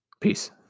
peace